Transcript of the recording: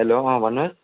hello अँ भन्नुहोस्